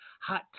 hot